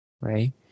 right